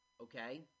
okay